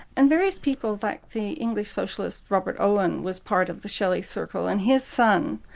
and various people, like the english socialist robert owen was part of the shelley circle and his son,